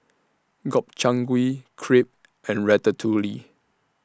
Gobchang Gui Crepe and Ratatouille